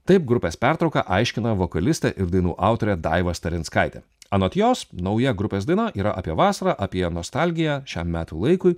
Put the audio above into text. taip grupes pertrauka aiškina vokalistė ir dainų autorė daiva starinskaitė anot jos nauja grupės daina yra apie vasarą apie nostalgiją šiam metų laikui